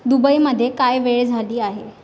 दुबईमध्ये काय वेळ झाली आहे